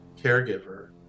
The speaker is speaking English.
caregiver